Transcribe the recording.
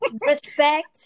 respect